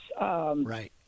Right